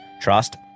trust